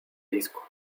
disco